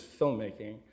filmmaking